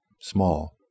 Small